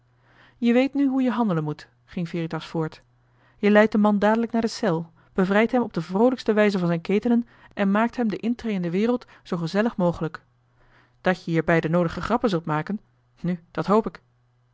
je weet nu hoe je handelen moet ging veritas voort je leidt den man dadelijk naar de cel bevrijdt hem op de vroolijkste wijze van zijn ketenen en maakt hem de intree in de wereld zoo gezellig mogelijk dat jij hierbij de noodige grappen zult maken nu dat hoop ik